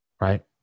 right